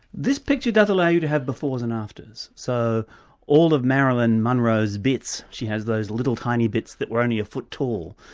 this picture does allow you to have befores and afters, so all of marilyn monroe's bits, she has those little tiny bits that were only a foot tall,